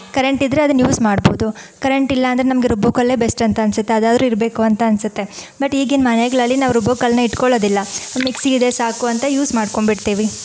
current ಇದ್ದರೆ ಅದನ್ನು use ಮಾಡ್ಬೋದು ಕರೆಂಟ್ ಇಲ್ಲಾಂದರೆ ನಮ್ಗೆ ರುಬ್ಬೋ ಕಲ್ಲೇ ಬೆಸ್ಟ್ ಅಂತ ಅನಿಸುತ್ತೆ ಅದಾದರೂ ಇರಬೇಕು ಅಂತ ಅನಿಸತ್ತೆ ಬಟ್ ಈಗಿನ ಮನೆಗಳಲ್ಲಿ ನಾವು ರುಬ್ಬೋ ಕಲ್ಲನ್ನ ಇಟ್ಕೊಳ್ಳೋದಿಲ್ಲ ಮಿಕ್ಸಿ ಇದೆ ಸಾಕು ಅಂತ ಯೂಸ್ ಮಾಡ್ಕೊಂಬಿಡ್ತೀವಿ